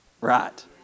Right